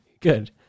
good